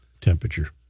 Temperature